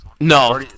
No